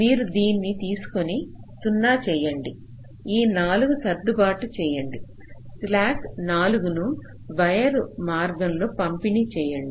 మీరు దీన్ని తీసుకుని 0 చేయండి ఈ 4 సర్దుబాటు చేయండి స్లాక్ 4 ను వేర్వేరు మార్గాల్లో పంపిణీ చేయండి